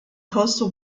coastal